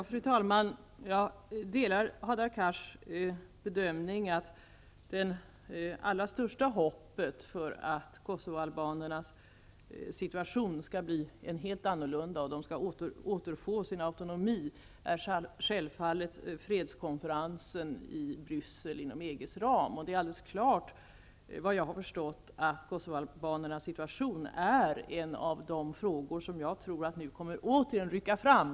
Fru talman! Jag delar Hadar Cars bedömning att det allra största hoppet för att kosovoalbanernas situation skall bli helt annorlunda och att de skall återfå sin autonomi självfallet är fredskonferensen i Bryssel inom EG:s ram. Det är alldeles klart, såvitt jag har förstått, att kosovoalbanernas situation är en av de frågor som kommer att rycka fram.